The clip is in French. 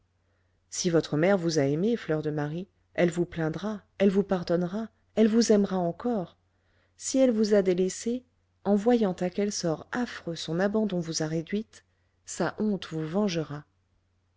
si votre mère vous a aimée fleur de marie elle vous plaindra elle vous pardonnera elle vous aimera encore si elle vous a délaissée en voyant à quel sort affreux son abandon vous a réduite sa honte vous vengera